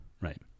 right